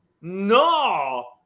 no